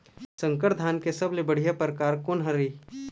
संकर धान के सबले बढ़िया परकार कोन हर ये?